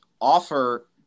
offer